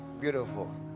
Beautiful